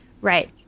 Right